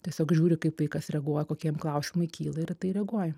tiesiog žiūri kaip vaikas reaguoja kokie jam klausimai kyla ir į tai reaguoji